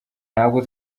ntabwo